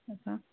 असां